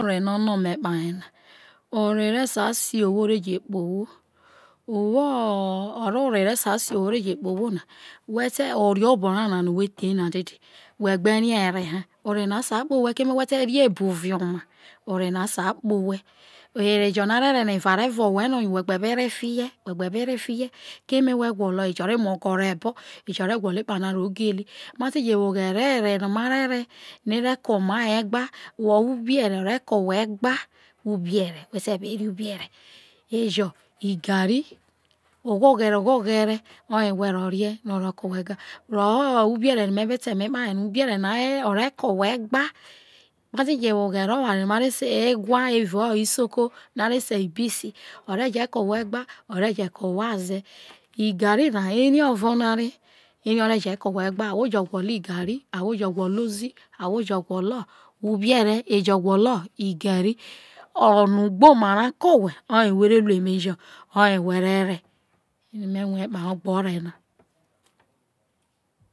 Ore no o no me kpahe na ore re sai si ohwo o ve je kpe ohwo owhoo ore re sai siwi ohwo or re sai je kpe ohwo ore oborana no who tho ha who gbo rie re ha o sia kpe owhe who te re buovi oma ore na sai kpe owhe eva re vo owhe no yo who gbe be re fihie ejo re mu ogo ro ho ebo efa a ve ru ekpano a ro gili ma ti je wo oghere ore na ma re re no o re ke oma egba ejo igari oghoghere who ro re woho ubere na o re ke oma egba ma ti je wo ere ofa jo no a re se ibisi re ke ohu egiza o re je ke owhe aze igari na ere ovona re ahwo jo a gwolo igari ahwo ozi ahwo jo gwolo ubere igeri o no ugbo mara ke owhe oye who re re oye me rue kpahe egbe ore na